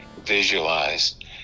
visualized